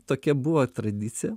tokia buvo tradicija